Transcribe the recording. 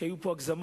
שהיו פה הגזמות,